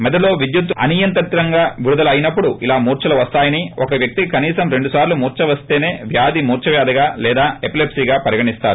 మెదడులో విద్యుత్తు అనియంత్రితంగా విడుదల అయినప్పుడు ఇలా మూర్చలు వస్తాయని ఒక వ్యక్తికి కనీసం రెండుసార్లు మూర్ప వస్తేనే దాన్ని మూర్పవ్యాధి లేదా ఎపిలెప్పీగా పరిగణిస్తారు